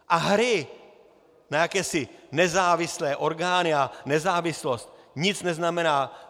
A hry na jakési nezávislé orgány a nezávislost nic neznamená...